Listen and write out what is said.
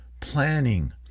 planning